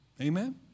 Amen